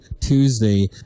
Tuesday